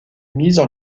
mises